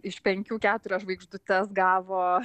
iš penkių keturias žvaigždutes gavo